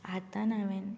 आतां हांवें